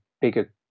bigger